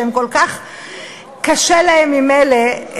שכל כך קשה להם ממילא,